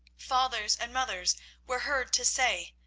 fathers and mothers were heard to say,